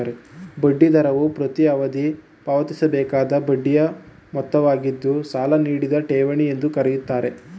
ಬಡ್ಡಿ ದರವು ಪ್ರತೀ ಅವಧಿಗೆ ಪಾವತಿಸಬೇಕಾದ ಬಡ್ಡಿಯ ಮೊತ್ತವಾಗಿದ್ದು ಸಾಲ ನೀಡಿದ ಠೇವಣಿ ಎಂದು ಕರೆಯುತ್ತಾರೆ